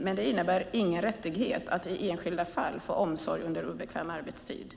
Men det innebär ingen rättighet att i enskilda fall få omsorg under obekväm arbetstid.